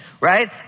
right